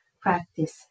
practice